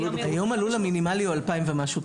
היום הלול המינימלי הוא 2,000 ומשהו פרגיות.